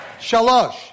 Shalosh